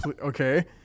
Okay